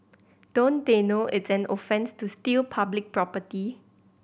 don't they know it's an offence to steal public property